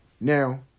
Now